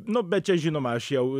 nu bet čia žinoma aš jau